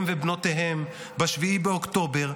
ממשלה ב-7 באוקטובר.